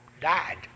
died